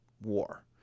war